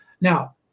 now